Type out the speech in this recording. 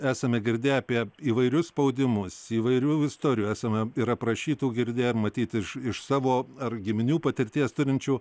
esame girdėję apie įvairius spaudimus įvairių istorijų esame ir aprašytų girdėję matyt iš savo ar giminių patirties turinčių